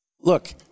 Look